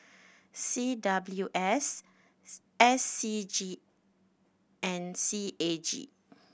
C W S S C G and C A G